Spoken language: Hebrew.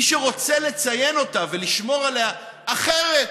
מי שרוצה לציין אותה ולשמור עליה אחרת